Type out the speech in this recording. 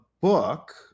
book